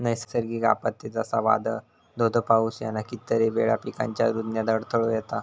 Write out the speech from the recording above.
नैसर्गिक आपत्ते, जसा वादाळ, धो धो पाऊस ह्याना कितीतरी वेळा पिकांच्या रूजण्यात अडथळो येता